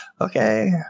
Okay